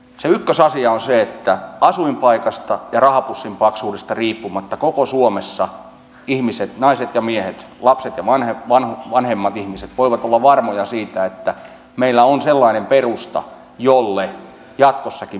se ykkösasia on se että asuinpaikasta ja rahapussin paksuudesta riippumatta koko suomessa ihmiset naiset ja miehet lapset ja vanhemmat ihmiset voivat olla varmoja siitä että meillä on sellainen perusta jolle jatkossakin palvelut rakentuvat